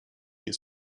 nie